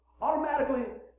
automatically